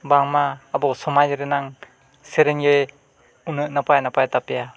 ᱵᱟᱝᱢᱟ ᱟᱵᱚ ᱥᱚᱢᱟᱡᱽ ᱨᱮᱱᱟᱜ ᱥᱮᱨᱮᱧᱜᱮ ᱩᱱᱟᱹᱜ ᱱᱟᱯᱟᱭᱼᱱᱟᱯᱟᱭ ᱛᱟᱯᱮᱭᱟ